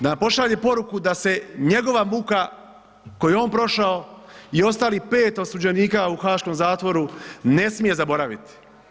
Da nam pošalje poruku da se njegova muka koju je on prošao i ostalih 5 osuđenika u haaškom zatvoru ne smije zaboraviti.